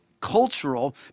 cultural